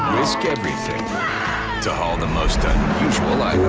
risk everything to haul the most unusual